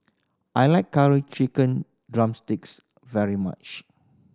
I like Curry Chicken drumsticks very much